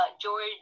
George